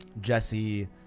Jesse